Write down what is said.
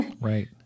right